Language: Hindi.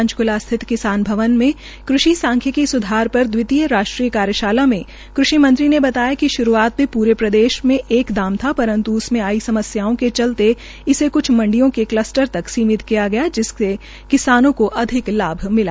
पंचकूला स्थित किसान भवन में कृषि सांख्यिकी सुधार पर दवितीय राष्ट्रीय कार्यशाला में कृषि मंत्री ने बताया कि शुरूआत में पूरे प्रदेश में एक दाम था परन्त् उसमें आयी समस्याओं के चलते इसे क्छ मंडियों के कल्स्टर तक सीमित किया गया जिसमें किसानों को अधिक लाभ मिला